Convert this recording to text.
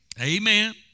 Amen